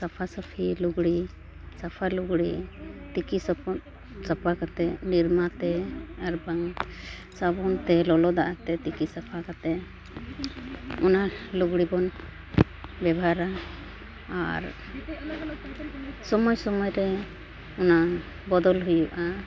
ᱥᱟᱯᱷᱟᱼᱥᱟᱹᱯᱷᱤ ᱞᱩᱜᱽᱲᱤ ᱥᱟᱯᱷᱟ ᱞᱩᱜᱽᱲᱤ ᱛᱤᱠᱤ ᱥᱚᱵᱚᱫ ᱥᱟᱯᱷᱟ ᱠᱟᱛᱮᱫ ᱱᱤᱨᱢᱟᱛᱮ ᱟᱨ ᱵᱟᱝ ᱥᱟᱵᱚᱱ ᱛᱮ ᱞᱚᱞᱚ ᱫᱟᱜ ᱟᱛᱮᱫ ᱛᱤᱠᱤ ᱥᱟᱯᱷᱟ ᱠᱟᱛᱮᱫ ᱚᱱᱟ ᱞᱩᱜᱽᱲᱤ ᱵᱚᱱ ᱵᱮᱵᱷᱟᱨᱟ ᱟᱨ ᱥᱚᱢᱚᱭ ᱥᱚᱢᱚᱭ ᱨᱮ ᱚᱱᱟ ᱵᱚᱫᱚᱞ ᱦᱩᱭᱩᱜᱼᱟ